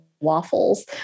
waffles